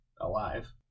alive